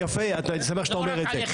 אני חוזר לדיון.